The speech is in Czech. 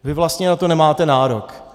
Vy vlastně na to nemáte nárok.